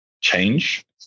change